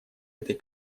этой